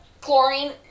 chlorine